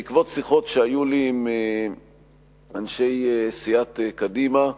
בעקבות שיחות שהיו לי עם אנשי סיעת קדימה,